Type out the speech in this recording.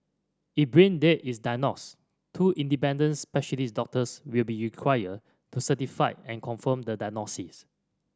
if brain death is diagnosed two independent specialist doctors will be required to certify and confirm the diagnosis